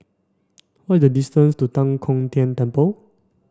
what is the distance to Tan Kong Tian Temple